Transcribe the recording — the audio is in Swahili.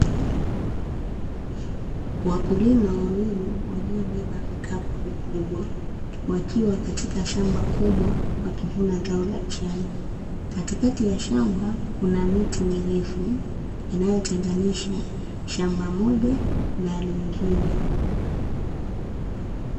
Wakulima wawili waliobeba vikapu vikubwa, wakiwa katika shamba kubwa, wakivuna zao la chai, katikati ya shamba kuna miti mirefu inayotenganisha shamba moja na lingine.